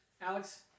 Alex